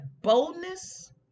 boldness